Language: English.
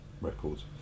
records